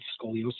scoliosis